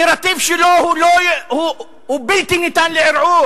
הנרטיב שלו הוא בלתי ניתן לערעור.